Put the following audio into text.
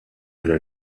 oħra